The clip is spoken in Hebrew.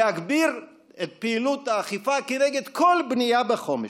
להגביר את פעילות האכיפה כנגד כל בנייה בחומש.